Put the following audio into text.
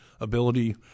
ability